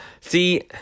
See